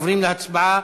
עוברים להצבעה,